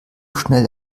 schnell